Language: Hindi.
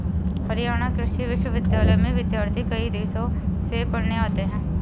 हरियाणा कृषि विश्वविद्यालय में विद्यार्थी कई देशों से पढ़ने आते हैं